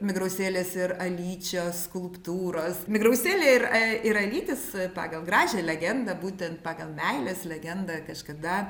migrausėlės ir alyčio skulptūros migrausėlė ir a ir alytis pagal gražią legendą būtent pagal meilės legendą kažkada